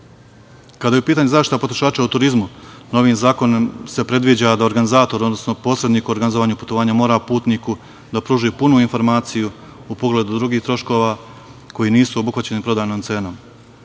je u pitanju zaštita potrošača u turizmu, novim zakonom se predviđa da organizator, odnosno posrednik u organizovanju putovanja mora putniku da pruži punu informaciju u pogledu drugih troškova koji nisu obuhvaćeni prodajnom cenom.